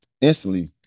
instantly